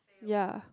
ya